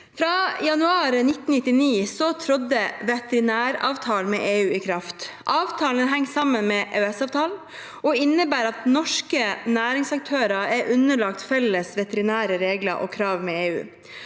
Fra januar 1999 trådte veterinæravtalen med EU i kraft. Avtalen henger sammen med EØS-avtalen og innebærer at norske næringsaktører er underlagt felles veterinære regler og krav med EU.